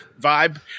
vibe